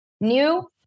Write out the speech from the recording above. New